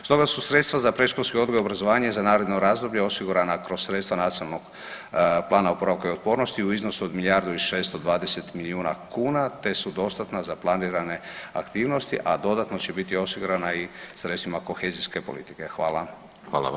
Stoga su sredstva za predškolski odgoj i obrazovanje za naredno razdoblje osigurana kroz sredstva Nacionalnog plana oporavka i otpornosti u iznosu od milijardu i 620 milijuna kuna te su dostatna za planirane aktivnosti, a dodatno će biti osigurana i sredstvima kohezijske politike.